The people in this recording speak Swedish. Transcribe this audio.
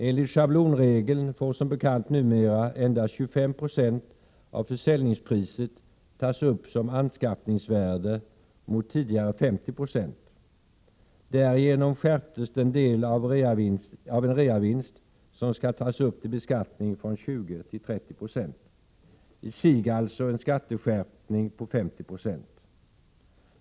Enligt schablonregeln får som bekant numera endast 25 96 av försäljningspriset tas upp som anskaffningsvärde mot tidigare 50 90. Därigenom skärptes den del av en reavinst som skall tas upp till beskattning från 20 till 30 Jo — i sig alltså en skatteskärpning med 50 96.